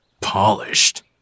Polished